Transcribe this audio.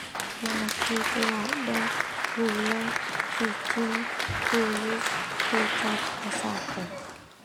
Masik, lada, gula, dicin, kulus, Kecap, Masako.